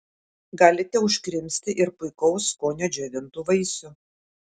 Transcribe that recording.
galite užkrimsti ir puikaus skonio džiovintų vaisių